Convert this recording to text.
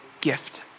gift